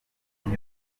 migi